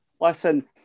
Listen